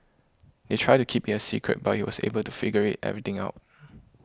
they tried to keep it a secret but he was able to figure it everything out